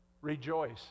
Rejoice